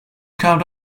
carved